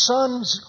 Son's